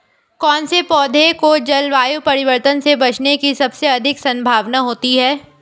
कौन से पौधे को जलवायु परिवर्तन से बचने की सबसे अधिक संभावना होती है?